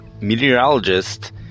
meteorologist